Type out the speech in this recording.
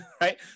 right